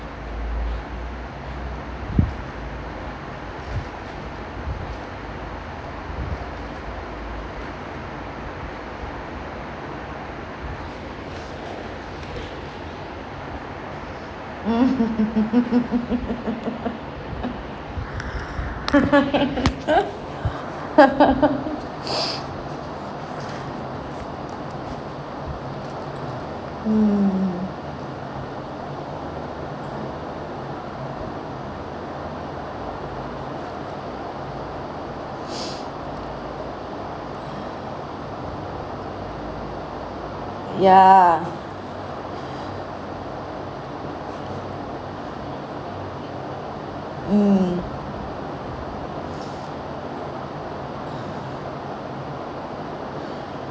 mm ya mm